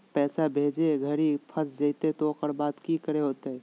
पैसा भेजे घरी फस जयते तो ओकर बाद की करे होते?